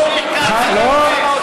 לא.